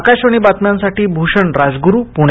आकाशवाणी बातम्यांसाठी भूषण राजगुरू पुणे